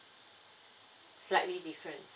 slightly different